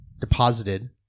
deposited